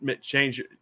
change